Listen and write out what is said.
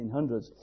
1800s